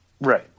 Right